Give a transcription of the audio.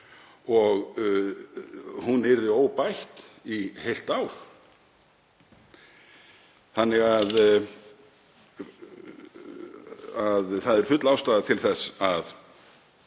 og hún yrði óbætt í heilt ár. Það er því full ástæða til þess að